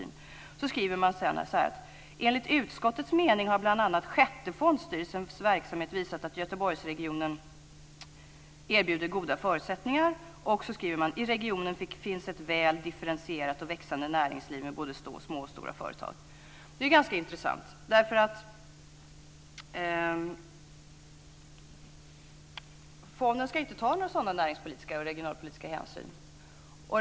Men sedan skriver man: "Enligt utskottets mening har bl.a. sjätte fondstyrelsens verksamhet visat att även Göteborgsregionen erbjuder goda förutsättningar -". Man skriver också: "I regionen finns ett väl differentierat och växande näringsliv, med både små och stora - företag". Det är ganska intressant. Fonden ska ju inte ta några sådana näringspolitiska och regionalpolitiska hänsyn.